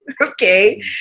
okay